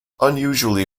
unusually